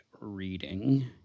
reading